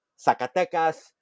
Zacatecas